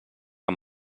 amb